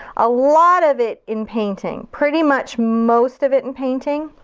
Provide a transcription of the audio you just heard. a lot of it in painting, pretty much most of it in painting,